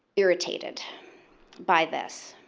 irritated by this.